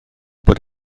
bod